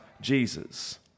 Jesus